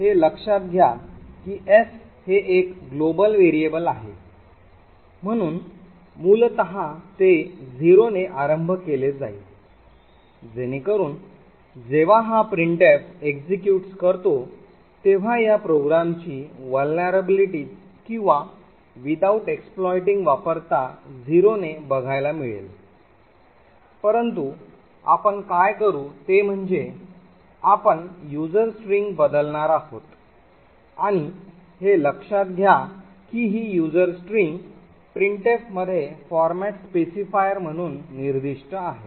हे लक्षात घ्या की s हे एक ग्लोबल व्हेरिएबल आहे म्हणून मूलतः ते 0 ने आरंभ केले जाईल जेणेकरून जेव्हा हा प्रिंटफ executes करतो तेव्हा या प्रोग्रामची vulnerabilities किंवा without exploiting वापरता 0 ने बघायला मिळेल परंतु आपण काय करू ते म्हणजे आपण युजर स्ट्रिंग बदलणार आहोत आणि हे लक्षात घ्या की ही यूजर स्ट्रिंग प्रिंटफ मध्ये फॉरमॅट स्पेसिफायर म्हणून निर्दिष्ट आहे